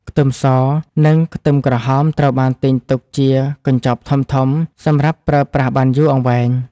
ខ្ទឹមស និងខ្ទឹមក្រហមត្រូវបានទិញទុកជាកញ្ចប់ធំៗសម្រាប់ប្រើប្រាស់បានយូរអង្វែង។